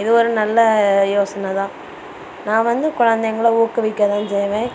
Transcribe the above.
இது ஒரு நல்ல யோசனைதான் நான் வந்து குழந்தைங்கள ஊக்குவிக்கதான் செய்வேன்